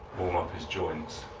warm up his joints.